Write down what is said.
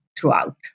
throughout